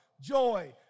Joy